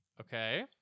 Okay